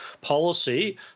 policy